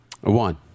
One